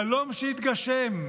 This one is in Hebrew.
חלום שהתגשם.